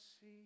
see